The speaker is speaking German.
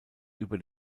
über